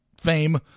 fame